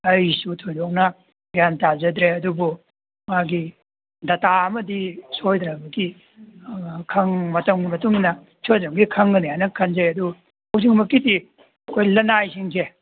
ꯑꯩꯁꯨ ꯊꯣꯏꯗꯣꯛꯅ ꯒ꯭ꯌꯥꯟ ꯇꯥꯖꯗ꯭ꯔꯦ ꯑꯗꯨꯕꯨ ꯃꯥꯒꯤ ꯗꯇꯥ ꯑꯃꯗꯤ ꯁꯣꯏꯗꯅꯃꯛꯀꯤ ꯈꯪ ꯃꯇꯝꯒꯤ ꯃꯇꯨꯡ ꯏꯟꯅ ꯁꯣꯏꯗꯅꯃꯛꯀꯤ ꯈꯪꯒꯅꯤ ꯍꯥꯏꯅ ꯈꯟꯖꯩ ꯑꯗꯨ ꯍꯧꯖꯤꯛꯃꯛꯀꯤꯗꯤ ꯑꯩꯈꯣꯏ ꯂꯅꯥꯏꯁꯤꯡꯁꯦ